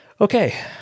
Okay